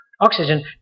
oxygen